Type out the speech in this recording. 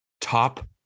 top